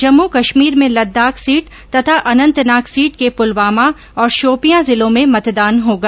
जम्मू कश्मीर में लद्दाख सीट तथा अनंतनाग सीट के पुलवामा और शोपियां जिलों में मतदान होगा